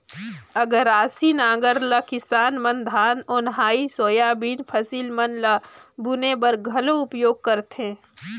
अकरासी नांगर ल किसान मन धान, ओन्हारी, सोयाबीन फसिल मन ल बुने बर घलो उपियोग करथे